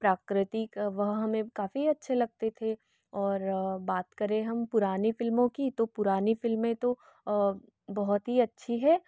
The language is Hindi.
प्राकृतिक वह हमें काफ़ी अच्छे लगते थे और बात करें हम पुरानी फ़िल्मों की तो पुरानी फ़िल्में तो बहुत ही अच्छी है